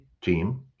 team